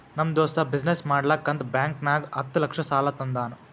ನಮ್ ದೋಸ್ತ ಬಿಸಿನ್ನೆಸ್ ಮಾಡ್ಲಕ್ ಅಂತ್ ಬ್ಯಾಂಕ್ ನಾಗ್ ಹತ್ತ್ ಲಕ್ಷ ಸಾಲಾ ತಂದಾನ್